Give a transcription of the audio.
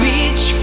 Reach